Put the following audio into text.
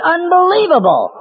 Unbelievable